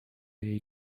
jej